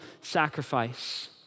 sacrifice